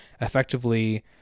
effectively